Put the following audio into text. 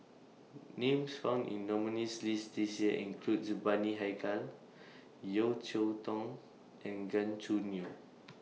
Names found in nominees' list This Year include The Bani Haykal Yeo Cheow Tong and Gan Choo Neo